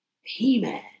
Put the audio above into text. He-Man